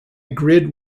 grid